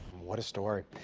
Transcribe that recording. what a story.